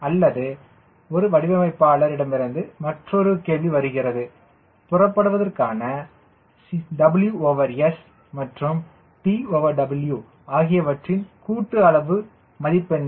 அல்லது ஒரு வடிவமைப்பாளர் இடமிருந்து மற்றொரு கேள்வி வருகிறது புறப்படுவதற்கான WS மற்றும் TW ஆகியவற்றின் கூட்டு அளவு மதிப்பு என்ன